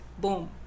Boom